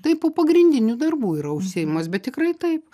tai po pagrindinių darbų yra užsiėmimas bet tikrai taip